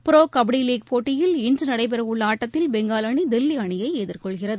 ப்ரோகபடிலீக் போட்டியில் இன்றுநடைபெறவுள்ளஆட்டத்தில் பெங்கால் அணி தில்லிஅணியைஎதிர்கொள்கிறது